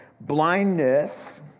blindness